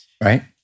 Right